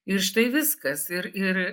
ir štai viskas ir ir